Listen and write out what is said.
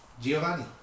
Giovanni